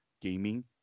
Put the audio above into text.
gaming